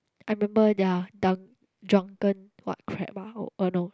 I remember their dun~ drunken what crab ah oh uh no